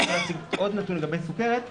עוד נתון לגבי הסכרת,